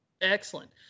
Excellent